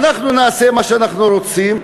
אנחנו נעשה מה שאנחנו רוצים,